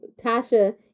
tasha